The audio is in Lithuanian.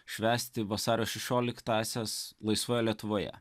švęsti vasario šešioliktąsias laisvoje lietuvoje